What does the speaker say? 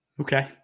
okay